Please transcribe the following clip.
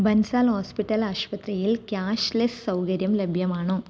Bansal hospital ആശുപത്രിയിൽ cashless സൗകര്യം ലഭ്യമാണോ